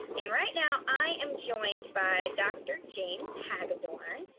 and right now i am joined by dr. james hagadorn,